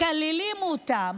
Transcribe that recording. מקללים אותם.